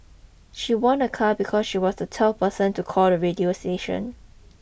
she won a car because she was the twelfth person to call the radio station